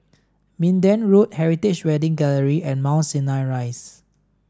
Minden Road Heritage Wedding Gallery and Mount Sinai Rise